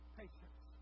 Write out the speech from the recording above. patience